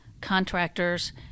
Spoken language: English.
contractors